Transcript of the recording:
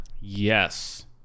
Yes